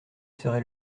serait